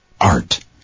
Art